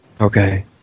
Okay